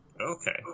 Okay